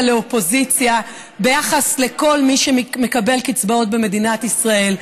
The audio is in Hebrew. לאופוזיציה ביחס לכל מי שמקבל קצבאות במדינת ישראל: